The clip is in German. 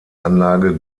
anlage